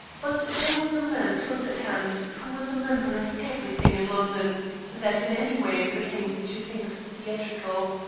but there was a man close at hand who was a member of everything in london that in any way pertained to things theatrical.